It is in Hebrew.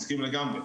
מסכים לגמרי.